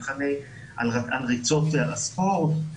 על ריצות הספורט,